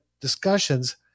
discussions